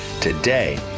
today